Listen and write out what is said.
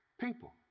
people